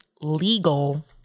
legal